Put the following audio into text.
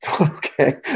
Okay